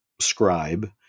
scribe